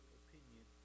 opinion